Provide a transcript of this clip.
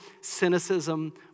cynicism